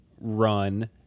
run